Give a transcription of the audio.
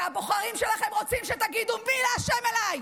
הבוחרים שלכם רוצים שתגידו: "מי לה' אלי",